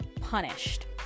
punished